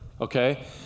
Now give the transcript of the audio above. okay